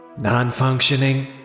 Non-functioning